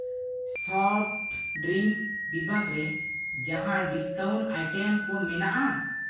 soft drinks ᱵᱤᱵᱷᱟᱜᱽ ᱨᱮ ᱡᱟᱦᱟᱸ ᱰᱤᱥᱠᱟᱣᱩᱱᱴ ᱟᱭᱴᱮᱢ ᱠᱚ ᱢᱮᱱᱟᱜᱼᱟ